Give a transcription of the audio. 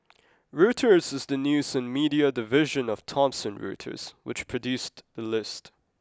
Reuters is the news and media division of Thomson Reuters which produced the list